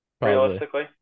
realistically